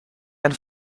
and